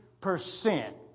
percent